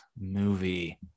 movie